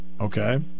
Okay